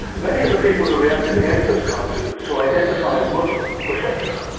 many of the people who reacted against those cartoons who identify as muslim were secular.